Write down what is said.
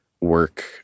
work